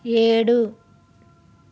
ఏడు